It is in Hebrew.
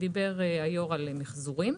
דיבר היו"ר על המחזורים.